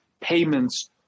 payments